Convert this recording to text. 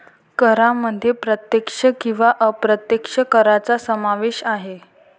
करांमध्ये प्रत्यक्ष किंवा अप्रत्यक्ष करांचा समावेश आहे